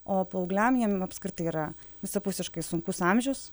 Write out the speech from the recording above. o paaugliam jiem apskritai yra visapusiškai sunkus amžius